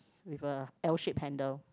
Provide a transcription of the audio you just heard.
with a L shape handle